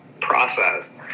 process